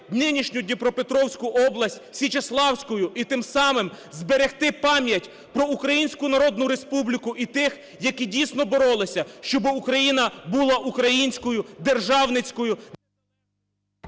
нинішню Дніпропетровську область Січеславською і тим самим зберегти пам'ять про Українську Народну Республіку і тих, які, дійсно, боролися, щоби Україна була українською державницькою…